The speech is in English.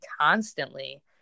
constantly